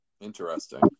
Interesting